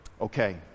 Okay